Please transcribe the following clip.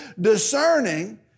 discerning